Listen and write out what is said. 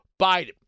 Biden